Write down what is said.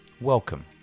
Welcome